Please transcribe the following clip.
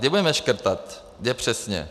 Kde budeme škrtat, kde přesně?